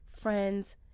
friends